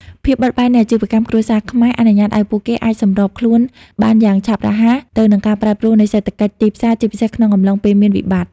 ភាពបត់បែននៃអាជីវកម្មគ្រួសារខ្មែរអនុញ្ញាតឱ្យពួកគេអាចសម្របខ្លួនបានយ៉ាងឆាប់រហ័សទៅនឹងការប្រែប្រួលនៃសេដ្ឋកិច្ចទីផ្សារ ជាពិសេសក្នុងអំឡុងពេលមានវិបត្តិ។